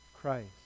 Christ